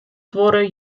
duorre